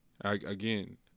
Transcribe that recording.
Again